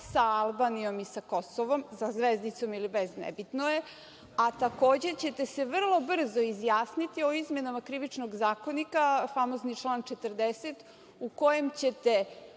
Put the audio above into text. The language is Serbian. sa Albanijom i sa Kosovom, sa zvezdicom ili bez, nebitno je, a takođe ćete se vrlo brzo izjasniti o izmenama Krivičnog zakonika, famozni član 40. u kojem ćete